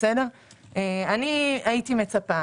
הייתי מצפה